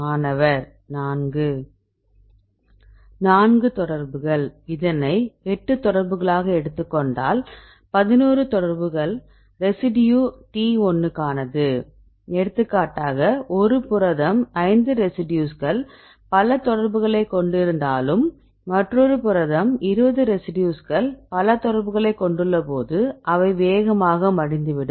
மாணவர் 4 4 தொடர்புகள்இதனை 8 தொடர்புகளாக எடுத்துக் கொண்டால் 11 தொடர்புகள் ரெசிடியூ T1 க்கானது எடுத்துக்காட்டாக ஒரு புரதம் 5 ரெசிடியூஸ்கள் பல தொடர்புகளை கொண்டிருந்தாலும் மற்றொரு புரதம் 20 ரெசிடியூஸ்கள் பல தொடர்புகளை கொண்டுள்ள போது அவை வேகமாக மடிந்துவிடும்